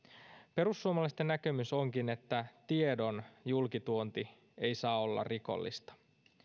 perussuomalaisten näkemys onkin että tiedon julkituonti ei saa olla rikollista